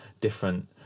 different